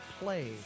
play